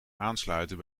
aansluiten